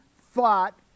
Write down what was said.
thought